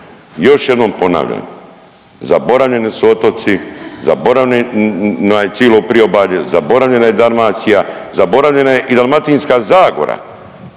Još jednom ponavljam, zaboravljeni su otoci, zaboravljeno je cilo priobalje, zaboravljena je Dalmacija,